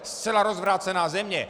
Zcela rozvrácená země.